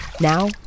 Now